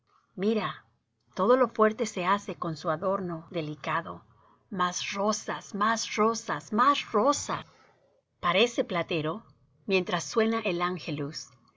mira todo lo fuerte se hace con su adorno delicado más rosas más rosas más rosas parece platero mientras suena el i